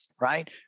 right